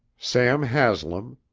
sam haslam,